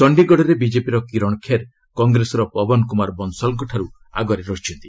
ଚଣ୍ଡିଗଡ଼ରେ ବିଜେପିର କୀରଣ ଖେର କଂଗ୍ରେସର ପବନ୍ କୁମାର ବନସାଲଙ୍କ ଠାରୁ ଆଗରେ ଅଛନ୍ତି